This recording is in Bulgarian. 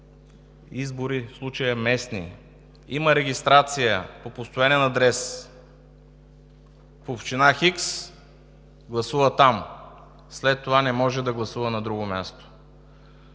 избори, в случая местни, има регистрация по постоянен адрес в община Хикс, гласува там. След това не може да гласува на друго място.